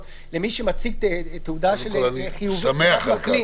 למי שמציג תעודה חיובית שהוא החלים,